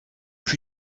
plus